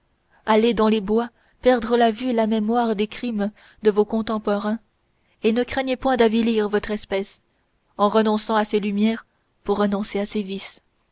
allez dans les bois perdre la vue et la mémoire des crimes de vos contemporains et ne craignez point d'avilir votre espèce en renonçant à ses lumières pour renoncer à ses vices